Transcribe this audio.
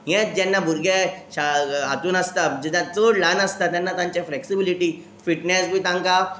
हेत जेन्ना भुरगे शा हातून आसता ज चड ल्हान आसता तेन्ना तांचे फ्लॅक्सिबिलिटी फिटनस बी तांकां